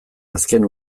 azken